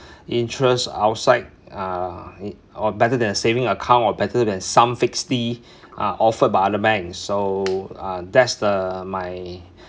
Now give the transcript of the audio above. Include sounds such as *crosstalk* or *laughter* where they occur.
interest outside uh or better than saving account or better than some fixed D *breath* uh offered by other banks so uh that's the my